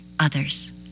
others